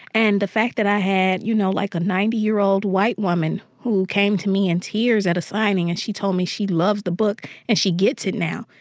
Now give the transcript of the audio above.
and the fact that i had, you know, like, a ninety year old white woman who came to me in tears at a signing, and she told me she loved the book and she gets it now,